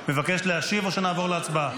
מבקש להשיב, או שנעבור להצבעה?